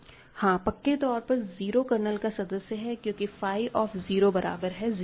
हाँ पक्के तौर पर 0 कर्नल का सदस्य है क्योंकि फाई ऑफ़ 0 बराबर है 0 के